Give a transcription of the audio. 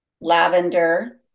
lavender